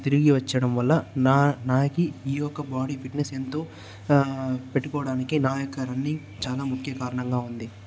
తిరిగి వచ్చడం వల్ల నా నాకు ఈ యొక్క బాడీ ఫిట్నెస్ ఎంతో పెట్టుకోవడానికి నా యొక్క రన్నింగ్ చాలా ముఖ్య కారణంగా ఉంది